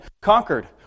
conquered